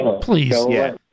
Please